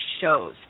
shows